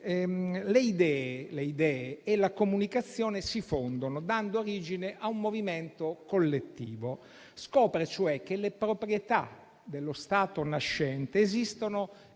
le idee e la comunicazione si fondono dando origine a un movimento collettivo. Scopre cioè che le proprietà dello stato nascente esistono,